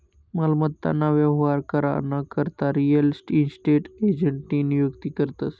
मालमत्ता ना व्यवहार करा ना करता रियल इस्टेट एजंटनी नियुक्ती करतस